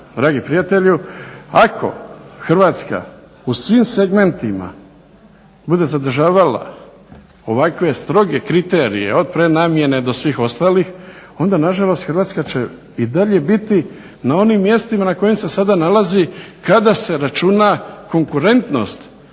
dragi prijatelju ako Hrvatska u svim segmentima bude zadržavala ovakve stroge kriterije od prenamjene do svih ostalih onda nažalost Hrvatska će i dalje biti na onim mjestima na kojima se nalazi sada kada se računa konkurentnost